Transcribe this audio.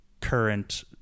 current